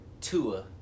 Tua